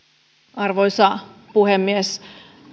arvoisa puhemies